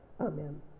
Amen